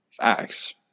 Facts